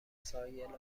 وسایلاتون